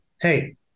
hey